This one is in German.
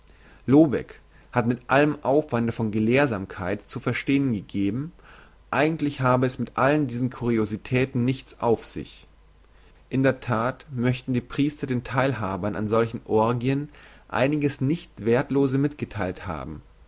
lobeck hat mit allem aufwande von gelehrsamkeit zu verstehn gegeben eigentlich habe es mit allen diesen curiositäten nichts auf sich in der that möchten die priester den theilhabern an solchen orgien einiges nicht werthlose mitgetheilt haben